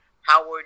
Howard